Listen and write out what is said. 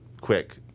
quick